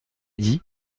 dit